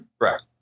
Correct